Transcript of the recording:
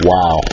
Wow